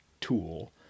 tool